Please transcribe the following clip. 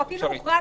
מותר למכור.